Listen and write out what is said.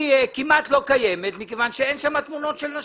כמעט לא קיים מכיוון שאין שם תמונות של נשים.